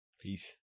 peace